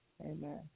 Amen